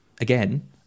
again